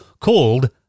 called